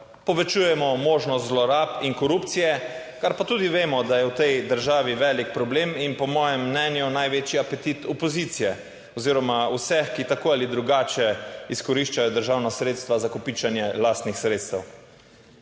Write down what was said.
povečujemo možnost zlorab in korupcije, kar pa tudi vemo, da je v tej državi velik problem in po mojem mnenju največji apetit opozicije oziroma vseh, ki tako ali drugače izkoriščajo državna sredstva za kopičenje lastnih sredstev.